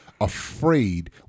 afraid